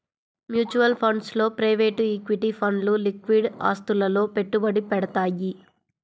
mutual funds లో private equity ఫండ్లు liquid ఆస్తులలో పెట్టుబడి పెడతయ్యి